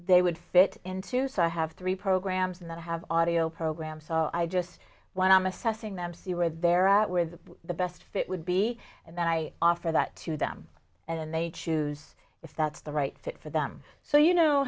they would fit into so i have three programs and then i have audio program so i just want i'm assessing them see where they're at with the best fit would be and then i offer that to them and they choose if that's the right fit for them so you know